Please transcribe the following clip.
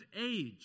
age